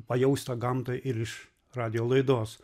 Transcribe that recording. pajaust tą gamtą ir iš radijo laidos